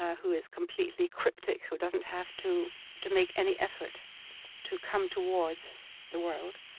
who is completely cryptic, who doesn't have to to make any effort to come towards the world.